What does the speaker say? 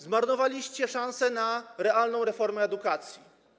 Zmarnowaliście szansę na realną reformę edukacji.